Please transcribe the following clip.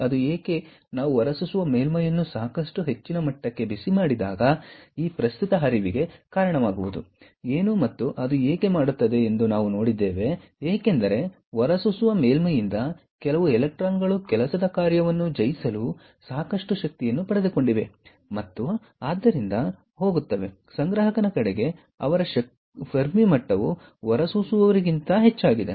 ಅದು ಏಕೆ ನಾವು ಹೊರಸೂಸುವ ಮೇಲ್ಮೈಯನ್ನು ಸಾಕಷ್ಟು ಹೆಚ್ಚಿನ ಮಟ್ಟಕ್ಕೆ ಬಿಸಿಮಾಡಿದಾಗ ಈ ಪ್ರಸ್ತುತ ಹರಿವಿಗೆ ಕಾರಣವಾಗುವುದು ಏನು ಮತ್ತು ಅದು ಏಕೆ ಮಾಡುತ್ತದೆ ಎಂದು ನಾವು ನೋಡಿದ್ದೇವೆ ಏಕೆಂದರೆ ಹೊರಸೂಸುವ ಮೇಲ್ಮೈಯಿಂದ ಕೆಲವು ಎಲೆಕ್ಟ್ರಾನ್ಗಳು ಕೆಲಸದ ಕಾರ್ಯವನ್ನು ಜಯಿಸಲು ಸಾಕಷ್ಟು ಶಕ್ತಿಯನ್ನು ಪಡೆದುಕೊಂಡಿವೆ ಮತ್ತು ಆದ್ದರಿಂದ ಹೋಗುತ್ತದೆ ಸಂಗ್ರಾಹಕನ ಕಡೆಗೆ ಅವರ ಫೆರ್ಮಿ ಮಟ್ಟವು ಹೊರಸೂಸುವವರಿಗಿಂತ ಹೆಚ್ಚಾಗಿದೆ